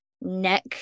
neck